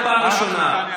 איימן עודה.